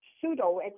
pseudo